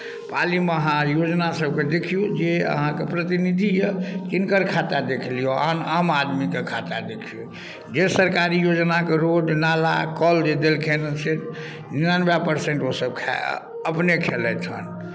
पालीमे अहाँ योजनासभके देखियौ जे अहाँके प्रतिनिधि यए तिनकर खाता देख लियौ आ आम आदमीके खाता देख लियौ जे सरकारी योजनाके रोड नाला कल जे देलखिन से निनानबे परसेन्ट ओसभ खाए अपने खेलथि हेँ